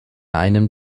einem